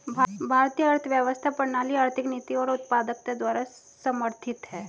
भारतीय अर्थव्यवस्था प्रणाली आर्थिक नीति और उत्पादकता द्वारा समर्थित हैं